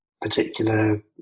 particular